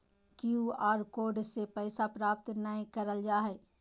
Q R code से पैसा प्राप्त नयय करल जा हइ